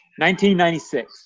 1996